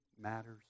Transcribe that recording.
matters